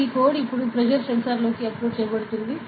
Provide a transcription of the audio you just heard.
ఈ కోడ్ ఇప్పుడు ప్రెజర్ సెన్సార్లోకి అప్లోడ్ చేయబడుతుంది